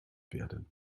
werden